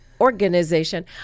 organization